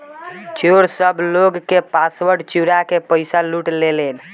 चोर सब लोग के पासवर्ड चुरा के पईसा लूट लेलेन